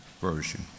Version